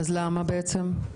למה בעצם?